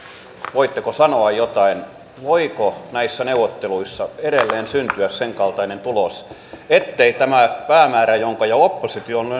voitteko sanoa jotain voiko näissä neuvotteluissa edelleen syntyä senkaltainen tulos ettei tämä päämäärä jonka oppositio on on